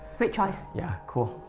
great choice yeah cool.